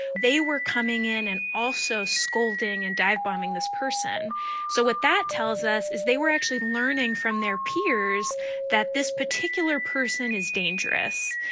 they were coming in and also scolding and dive-bombing this person so what that tells us is they were actually learning from their peers that this particular person is dangerous.